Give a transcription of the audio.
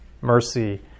mercy